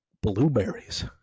blueberries